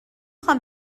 خوام